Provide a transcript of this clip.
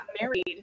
married